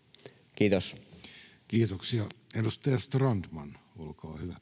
— Kiitos. [Speech 71] Speaker: